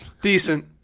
decent